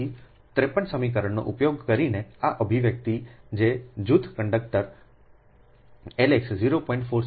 તેથી 53 સમીકરણ નો ઉપયોગ કરીને આ અભિવ્યક્તિ છે જૂથ x કંડક્ટર L x 0